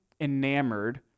enamored